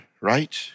right